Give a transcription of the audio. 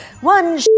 One